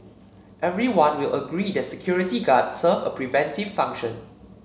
everyone will agree that security guards serve a preventive function